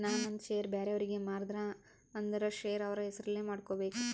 ನಾ ನಂದ್ ಶೇರ್ ಬ್ಯಾರೆ ಅವ್ರಿಗೆ ಮಾರ್ದ ಅಂದುರ್ ಶೇರ್ ಅವ್ರ ಹೆಸುರ್ಲೆ ಮಾಡ್ಕೋಬೇಕ್